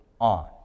on